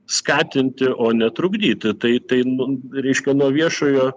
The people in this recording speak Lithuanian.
skatinti o ne trukdyti tai tai reiškia nuo viešojo